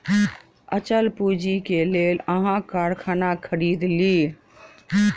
अचल पूंजी के लेल अहाँ कारखाना खरीद लिअ